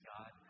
God